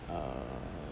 uh